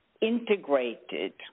integrated